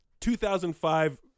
2005